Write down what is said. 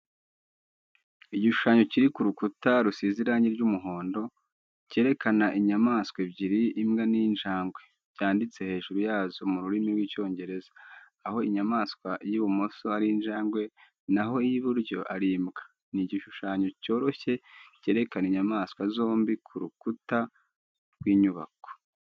Igishushanyo kiri ku rukuta rusize irangi ry'umuhondo, cyerekana inyamaswa ebyiri imbwa n'injangwe. Byanditse hejuru yazo mu rurimi rw'Icyongereza, aho inyamaswa y'ibumoso ari injangwe naho iy'iburyo ari imbwa. Ni igishushanyo cyoroshye cyerekana inyamaswa zombi ku rukuta rw'inyubako.